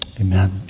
Amen